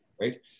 right